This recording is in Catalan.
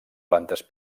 plantes